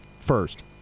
first